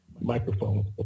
microphone